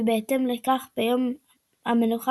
ובהתאם לכך ביום המנוחה